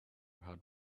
had